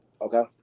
Okay